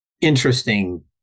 interesting